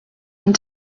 and